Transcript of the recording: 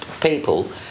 people